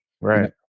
right